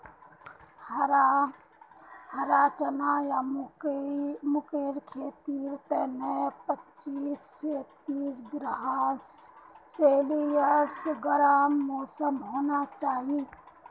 हरा चना या मूंगेर खेतीर तने पच्चीस स तीस डिग्री सेल्सियस गर्म मौसम होबा चाई